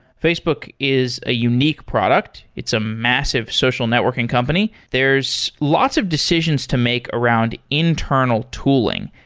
facebook is a unique product. it's a massive social networking company. there's lots of decisions to make around internal tooling,